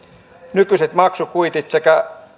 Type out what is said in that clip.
nykyiset maksukuitit sekä